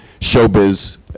showbiz